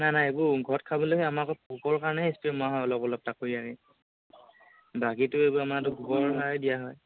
নাই নাই এইবোৰ ঘৰত খাবলৈ আমাৰ পোকৰ কাৰণে স্প্ৰে' মৰা হয় অলপ অলপ কাকৰি আনি বাকীটো এইবোৰ আমাৰটো গোবৰ সাৰে দিয়া হয়